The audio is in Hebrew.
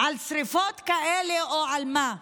על שרפות כאלה או על מה?